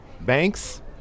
banks